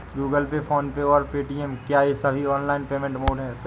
Google Pay PhonePe और Paytm क्या ये सभी ऑनलाइन पेमेंट मोड ऐप हैं?